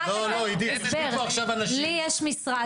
יושבים פה עכשיו אנשים,